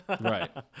Right